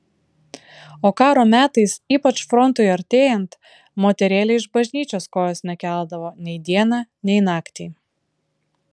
o karo metais ypač frontui artėjant moterėlė iš bažnyčios kojos nekeldavo nei dieną nei naktį